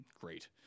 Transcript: Great